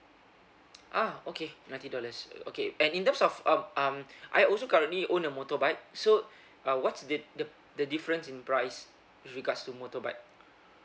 ah okay ninety dollars uh okay and in terms of um um I also currently own a motorbike so uh what's did the the difference in price regards to motorbike